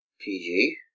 PG